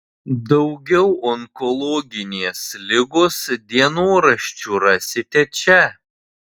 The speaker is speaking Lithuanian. daugiau onkologinės ligos dienoraščių rasite čia